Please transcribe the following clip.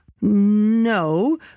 No